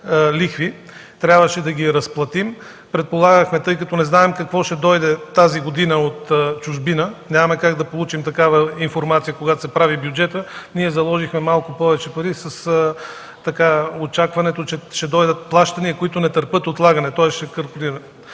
трябваше да ги разплатим. Тъй като не знаем какво ще дойде тази година от чужбина, няма как да получим такава информация, когато се прави бюджетът, ние заложихме малко повече пари с очакването, че ще дойдат плащания, които не търпят отлагане. ХАСАН